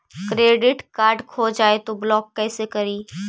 Credit card खो जाए तो ब्लॉक कैसे करी?